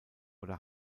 oder